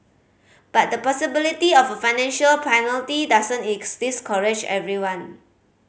but the possibility of a financial penalty doesn't discourage everyone